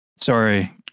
Sorry